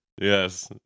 Yes